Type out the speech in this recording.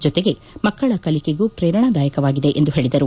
ಜೊತೆಗೆ ಮಕ್ಕಳ ಕಲಿಕೆಗೂ ಪ್ರೇರಣಾದಾಯಕವಾಗಿದೆ ಎಂದು ಹೇಳಿದರು